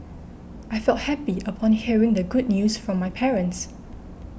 I felt happy upon hearing the good news from my parents